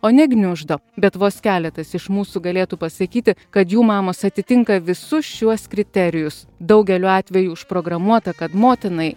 o ne gniuždo bet vos keletas iš mūsų galėtų pasakyti kad jų mamos atitinka visus šiuos kriterijus daugeliu atvejų užprogramuota kad motinai